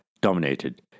dominated